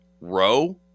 row